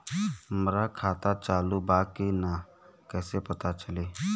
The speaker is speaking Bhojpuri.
हमार खाता चालू बा कि ना कैसे पता चली?